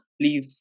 please